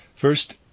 First